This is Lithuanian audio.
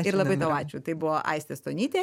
ir labai tau ačiū tai buvo aistė stonytė